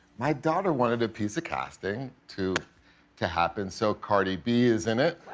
my daughter wanted a piece of casting to to happen. so cardi b. is in it.